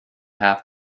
have